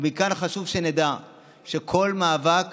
מכאן, חשוב שנדע שבכל מאבק